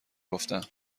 گفتم